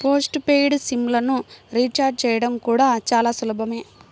post paid SIM లను recharge చేయడం కూడా చాలా సులభమే